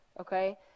okay